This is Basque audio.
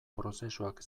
prozesuak